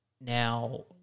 Now